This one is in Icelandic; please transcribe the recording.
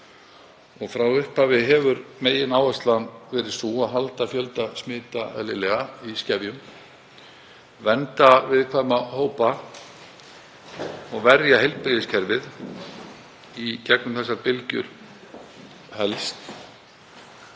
og frá upphafi hefur megináherslan verið sú að halda fjölda smita, eðlilega, í skefjum, vernda viðkvæma hópa og verja heilbrigðiskerfið í gegnum þessar bylgjur helst